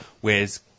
whereas